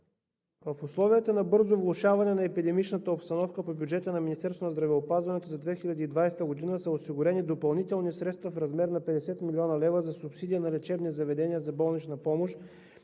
В условията на бързо влошаване на епидемиологичната обстановка по бюджета на Министерството на здравеопазването за 2020 г. са осигурени допълнителни средства в размер на 50 млн. лв. за субсидия за лечебни заведения за болнична помощ